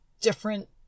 different